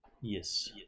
Yes